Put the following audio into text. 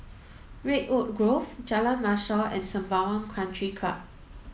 Redwood Grove Jalan Mashor and Sembawang Country Club